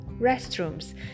restrooms